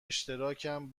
اشتراکم